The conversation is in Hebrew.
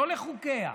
לא לחוקיה.